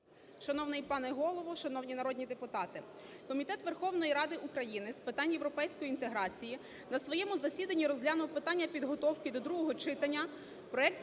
Шановний пане Голово, шановні народні депутати! Комітет Верховної Ради України з питань європейської інтеграції на своєму засіданні розглянув питання підготовки до другого читання проекту